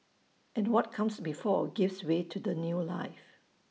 and what comes before gives way to that new life